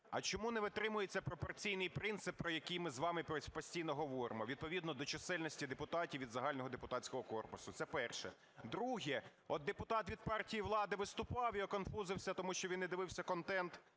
А чому не витримується пропорційний принцип, про який ми з вами постійно говоримо: відповідно до чисельності депутатів від загального депутатського корпусу? Це перше. Друге. От депутат від партії влади виступав і оконфузився, тому що він не дивися контент,